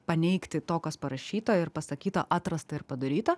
paneigti to kas parašyta ir pasakyta atrasta ir padaryta